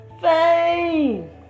Fame